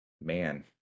Man